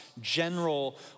general